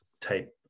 type